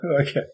okay